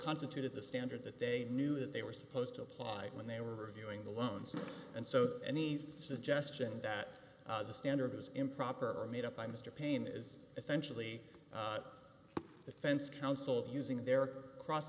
constituted the standard that they knew that they were supposed to apply when they were reviewing the loans and so any suggestion that the standard was improper or made up by mr paine is essentially the fence counsel using their cross